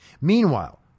Meanwhile